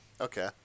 Okay